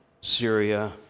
Syria